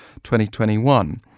2021